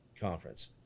conference